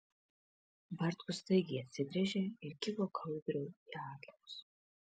bartkus staigiai atsigręžė ir kibo kaubriui į atlapus